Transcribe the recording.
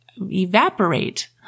Evaporate